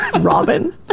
Robin